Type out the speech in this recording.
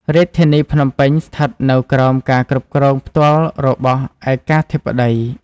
រាជធានីភ្នំពេញស្ថិតនៅក្រោមការគ្រប់គ្រងផ្ទាល់របស់ឯកាធិបតី។